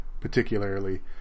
particularly